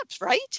right